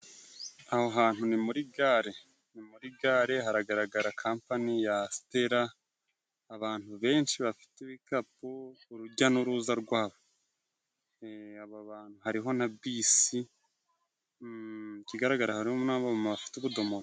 Aho hantu ni muri gare, muri gare haragaragara compani ya stera, abantu benshi bafite ibikapu, urujya n'uruza rwabo. Abo bantu, hariho na bisi, ikigaragara hari n'abamama bafite ubudomoro.